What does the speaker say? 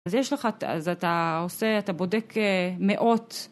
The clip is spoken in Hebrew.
אז יש לך, אז אתה עושה, אתה בודק מאות.